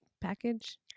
package